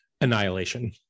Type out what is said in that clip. annihilation